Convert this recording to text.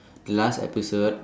the last episode